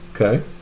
Okay